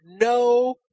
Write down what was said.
No